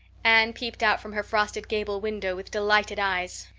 anne peeped out from her frosted gable window with delighted eyes.